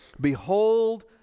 Behold